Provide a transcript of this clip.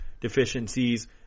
deficiencies